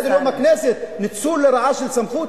על סדר-היום של הכנסת, ניצול לרעה של סמכות.